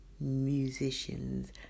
musicians